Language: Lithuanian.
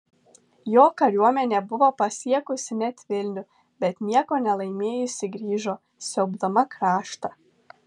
jo kariuomenė buvo pasiekusi net vilnių bet nieko nelaimėjusi grįžo siaubdama kraštą